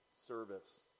service